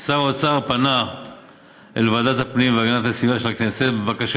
שר האוצר פנה אל ועדת הפנים והגנת הסביבה של הכנסת בבקשה